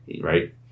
right